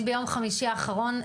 אני ביום חמישי האחרון,